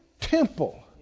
temple